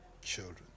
children